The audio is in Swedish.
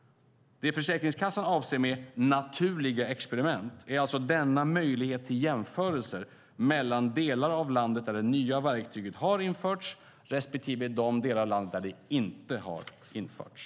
Det Försäkringskassan avser med "naturliga experiment" är alltså denna möjlighet till jämförelser mellan de delar av landet där det nya verktyget har införts och de delar av landet där det inte har införts.